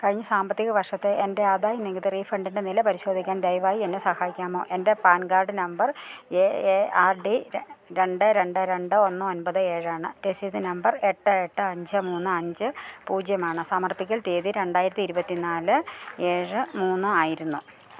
കഴിഞ്ഞ സാമ്പത്തിക വർഷത്തെ എന്റെ ആദായനികുതി റീഫണ്ടിന്റെ നില പരിശോധിക്കാൻ ദയവായി എന്നെ സഹായിക്കാമോ എന്റെ PAN card number A A R D രണ്ട് രണ്ട് രണ്ട് ഒന്ന് ഒന്പത് ഏഴ് ആണ് രസീത് നമ്പർ എട്ട് എട്ട് അഞ്ച് മൂന്ന് അഞ്ച് പൂജ്യമാണ് സമർപ്പിക്കൽ തീയതി രണ്ടായിരത്തി ഇരുപത്തി നാല് ഏഴ് മൂന്ന് ആയിരുന്നു